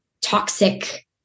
toxic